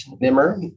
Nimmer